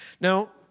Now